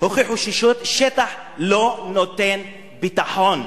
הוכיחו ששטח לא נותן ביטחון.